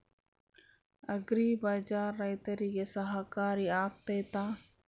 Agri Bazaar ರೈತರಿಗೆ ಸಹಕಾರಿ ಆಗ್ತೈತಾ?